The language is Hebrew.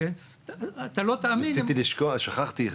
אתה לא תאמין --- שכחתי,